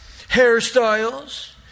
Hairstyles